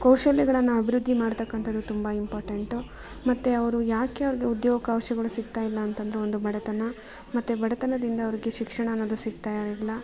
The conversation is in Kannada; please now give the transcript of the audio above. ಕೌಶಲ್ಯಗಳನ್ನು ಅಭಿವೃದ್ಧಿ ಮಾಡತಕ್ಕಂಥದ್ದು ತುಂಬ ಇಂಪೋರ್ಟೆಂಟು ಮತ್ತು ಅವರು ಯಾಕೆ ಅವ್ರಿಗೆ ಉದ್ಯೋಗಾವ್ಶಗಳು ಸಿಗ್ತಾ ಇಲ್ಲ ಅಂತಂದರೆ ಒಂದು ಬಡತನ ಮತ್ತು ಬಡತನದಿಂದ ಅವ್ರಿಗೆ ಶಿಕ್ಷಣ ಅನ್ನೋದು ಸಿಗ್ತಾ ಇಲ್ಲ